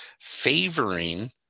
favoring